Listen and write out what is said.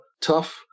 tough